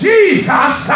Jesus